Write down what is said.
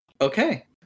Okay